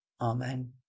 Amen